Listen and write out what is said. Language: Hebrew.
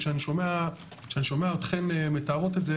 כשאני שומע אתכן מתארות את זה,